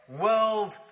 World